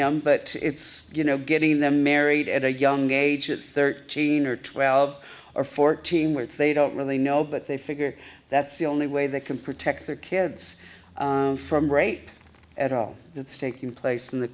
them but it's you know getting them married at a young age of thirteen or twelve or fourteen where they don't really know but they figure that's the only way they can protect their kids from rape at all that's taking place in the